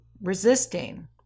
resisting